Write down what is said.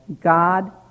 God